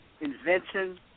invention